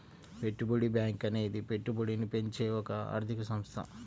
పెట్టుబడి బ్యాంకు అనేది పెట్టుబడిని పెంచే ఒక ఆర్థిక సంస్థ